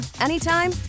anytime